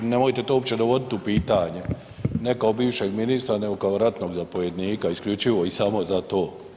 I nemojte to uopće dovoditi u pitanje, ne kao bivšeg ministra nego kao ratnog zapovjednika, isključivo i samo za to.